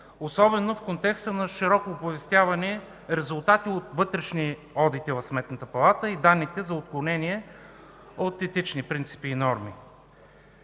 особено в контекста на широко оповестявани резултати от вътрешни одити в Сметната палата и данните за отклонение от етични принципи и норми.